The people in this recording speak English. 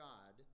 God